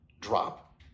drop